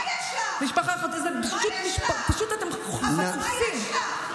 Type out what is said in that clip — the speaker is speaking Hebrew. למען הפסקת אש ושחרור כל החטופים בבטחה במהירות האפשרית.